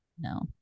No